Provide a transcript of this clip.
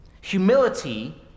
Humility